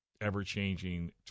ever-changing